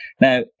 Now